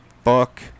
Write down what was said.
Fuck